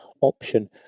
option